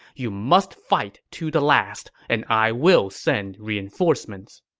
you must fight to the last, and i will send reinforcements.